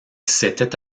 s’était